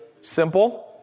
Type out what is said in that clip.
simple